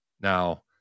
Now